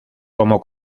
como